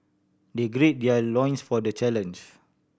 they gird their loins for the challenge